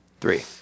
three